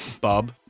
Bob